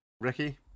Ricky